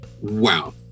Wow